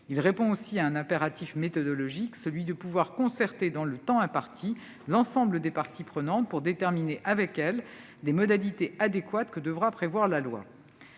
répond aussi à un impératif méthodologique : celui de pouvoir consulter, dans le temps imparti, l'ensemble des parties prenantes, afin de déterminer avec elles les modalités adéquates que devra prévoir la loi.